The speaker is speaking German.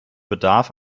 bedarf